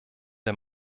der